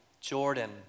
Jordan